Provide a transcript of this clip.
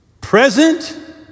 present